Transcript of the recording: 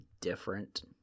different